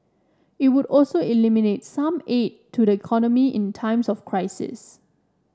it would also eliminate some aid to the economy in times of crisis